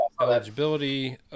eligibility